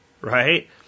Right